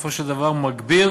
ובסופו של דבר מגביר